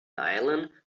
island